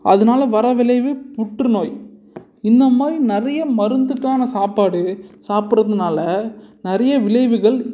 அதனால வர விளைவே புற்று நோய் இந்த நோய் நிறைய மருந்துக்கான சாப்பாடு சாப்பிட்றதுனால நிறைய விளைவுகள்